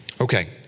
Okay